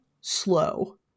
slow